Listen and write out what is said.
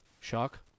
Shock